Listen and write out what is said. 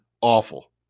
awful